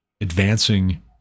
advancing